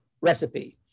recipe